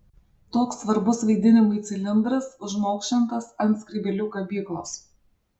toks svarbus vaidinimui cilindras užmaukšlintas ant skrybėlių kabyklos